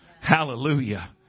Hallelujah